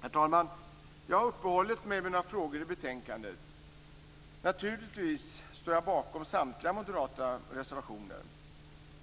Herr talman! Jag har uppehållit mig vid några frågor i betänkandet. Naturligtvis står jag bakom samtliga moderata reservationer.